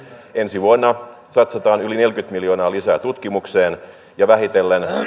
ensi vuonna satsataan yli neljäkymmentä miljoonaa lisää tutkimukseen ja vähitellen